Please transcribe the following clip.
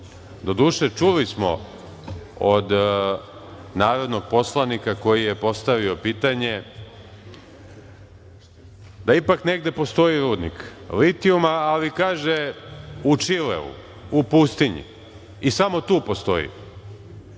čuli smo od narodnog poslanika koji je postavio pitanje da ipak negde postoji rudnik litijuma, ali kaže u Čileu, u pustinji i samo tu postoji.